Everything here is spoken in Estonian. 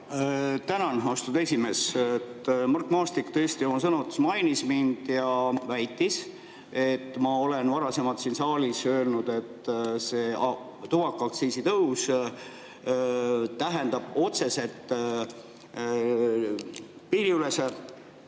Tänan, austatud esimees! Mart Maastik tõesti oma sõnavõtus mainis mind ja väitis, et ma olen varasemalt siin saalis öelnud, et tubakaaktsiisi tõus tähendab otseselt piiriülese